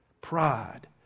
Pride